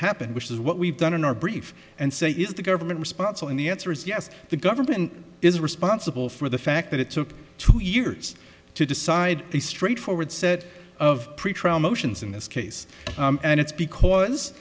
happened which is what we've done in our brief and say is the government response and the answer is yes the government is responsible for the fact that it took two years to decide a straightforward set of pretrial motions in this case and it's because